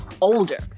older